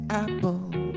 apple